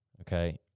okay